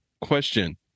question